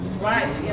Right